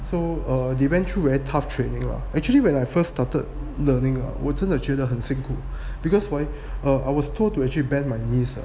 so err they went through a tough training lah actually when I first started learning ah 我真的觉得很辛苦 because why or I was told to actually bend my knees ah